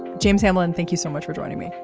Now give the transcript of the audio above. james hamilton thank you so much for joining me.